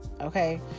okay